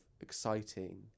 exciting